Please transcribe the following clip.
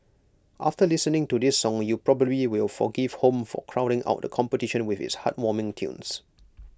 after listening to this song you probably will forgive home for crowding out the competition with its heartwarming tunes